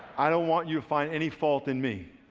i don't want you to find any fault in me.